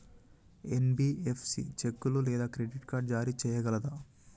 NBFC చెక్కులు లేదా credit card జారీ చేయగలదా?